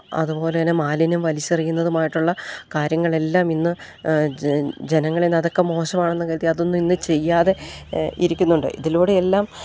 അതുപോലെ തന്നെ മാലിന്യം വലിച്ചെറിയുന്നതുമായിട്ടുള്ള കാര്യങ്ങളെല്ലാം ഇന്ന് ജ ജനങ്ങളിൽ നിന്ന് അതൊക്കെ മോശമാണെന്ന് കരുതി അതൊന്നും ഇന്ന് ചെയ്യാതെ ഇരിക്കുന്നുണ്ട് ഇതിലൂടെയെല്ലാം